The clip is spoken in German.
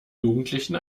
jugendlichen